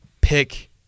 pick